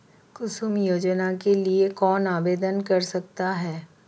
कुसुम योजना के लिए कौन आवेदन कर सकता है?